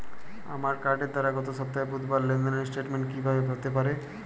আমার কার্ডের দ্বারা গত সপ্তাহের বুধবারের লেনদেনের স্টেটমেন্ট কীভাবে হাতে পাব?